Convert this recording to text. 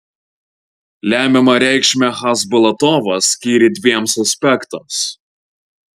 lemiamą reikšmę chasbulatovas skyrė dviems aspektams